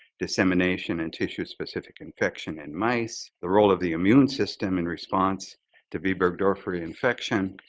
dissemination, and tissue-specific infection in mice, the role of the immune system in response to b. burgdorferi infection,